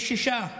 יש שישה חטופים: